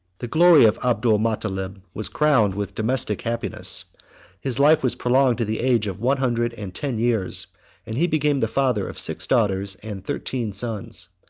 the glory of abdol motalleb was crowned with domestic happiness his life was prolonged to the age of one hundred and ten years and he became the father of six daughters and thirteen sons.